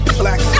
black